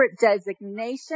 designation